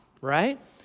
right